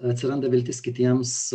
atsiranda viltis kitiems